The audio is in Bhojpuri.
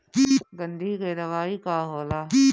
गंधी के दवाई का होला?